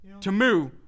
Tamu